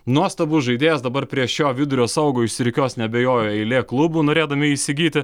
nuostabus žaidėjas dabar prie šio vidurio saugo išsirikiuos neabejoju eilė klubų norėdami įsigyti